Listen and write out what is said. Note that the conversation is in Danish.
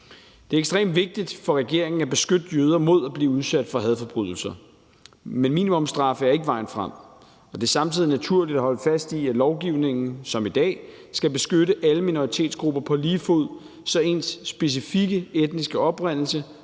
Det er ekstremt vigtigt for regeringen at beskytte jøder mod at blive udsat for hadforbrydelser, men minimumsstraffe er ikke vejen frem. Det er samtidig naturligt at holde fast i, at lovgivningen, som den gør i dag, skal beskytte alle minoritetsgrupper på lige fod, så ens specifikke etniske oprindelse,